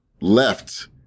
left